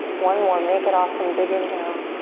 one more, make it awesome, big inhale.